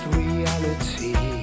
reality